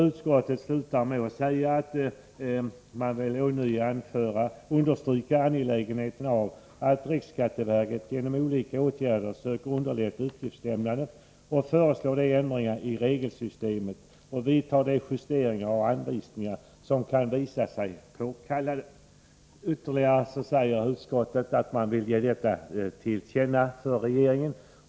Utskottet slutar med att säga att det ånyo vill understryka angelägenheten av att RSV genom olika åtgärder söker underlätta uppgiftslämnandet och föreslår de ändringar i regelsystemet samt vidtar de justeringar av anvisningarna som kan visa sig påkallade. Vad utskottet anfört bör ges regeringen till känna, säger man.